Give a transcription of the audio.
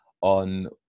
on